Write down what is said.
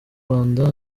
rwanda